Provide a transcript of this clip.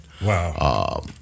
wow